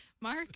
mark